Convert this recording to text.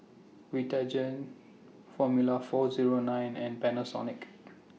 Vitagen Formula four Zero nine and Panasonic